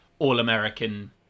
all-American